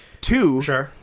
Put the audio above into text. two